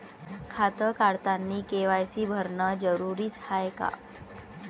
खातं काढतानी के.वाय.सी भरनं जरुरीच हाय का?